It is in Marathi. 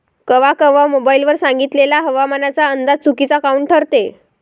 कवा कवा मोबाईल वर सांगितलेला हवामानाचा अंदाज चुकीचा काऊन ठरते?